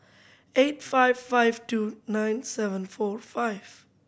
eight five five two nine seven four five